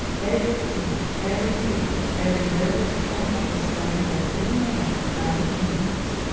every peak, every butte, every river and lake of this country has been named by the indians.